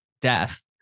death